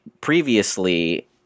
previously